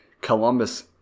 Columbus